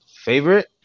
Favorite